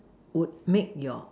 would make your